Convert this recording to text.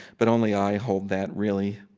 but only i hold that, really.